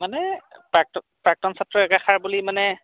মানে প্ৰাক্ত প্ৰাক্তন ছাত্ৰৰ একাষাৰ বুলি মানে